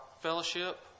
fellowship